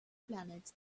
planets